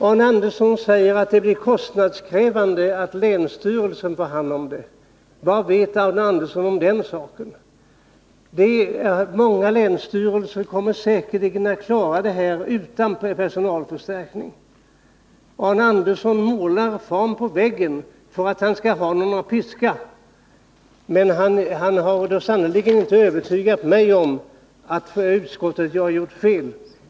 Arne Andersson säger att det blir kostnadskrävande för länsstyrelserna att ta hand om detta. Vad vet Arne Andersson om den saken? Många länsstyrelser kommer säkerligen att klara detta utan personalförstärkningar. Arne Andersson målar fan på väggen för att han skall ha någon att piska. Men han har sannerligen inte övertygat mig om att utskottet har gjort fel.